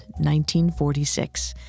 1946